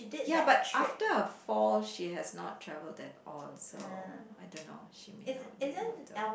ya but after a fall she has not travelled at all so I don't know she may not be able to